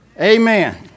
Amen